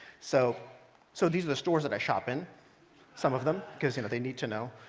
so so these are the stores that i shop in some of them because you know they need to know.